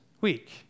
week